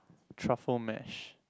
truffle mash